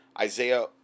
Isaiah